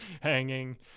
hanging